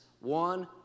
One